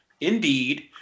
Indeed